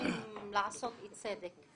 דרכים לעשות אי-צדק.